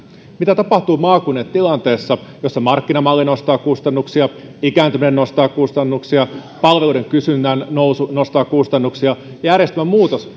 mitä tapahtuu maakunnille tilanteessa jossa markkinamalli nostaa kustannuksia ikääntyminen nostaa kustannuksia palveluiden kysynnän nousu nostaa kustannuksia järjestelmän muutos